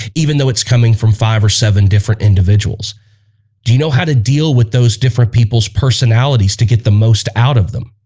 even though it's coming from five or seven different individuals do you know how to deal with those different people's personalities to get the most out of them?